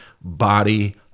body